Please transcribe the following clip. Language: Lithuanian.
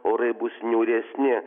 orai bus niūresni